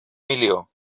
milió